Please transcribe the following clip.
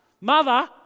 Mother